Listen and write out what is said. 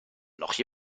noch